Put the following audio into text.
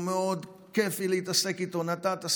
מאוד כיפי להתעסק איתו: נתת,